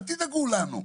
אל תדאגו לנו,